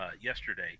yesterday